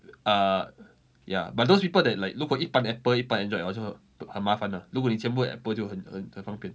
yeah but those people that like look will eat pineapple 一半 enjoyed 好像很麻烦呢如果你全部 apple 就很方便